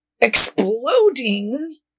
exploding